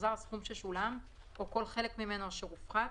יוחזר הסכום ששולם או כל חלק ממנו אשר הופחת,